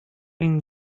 این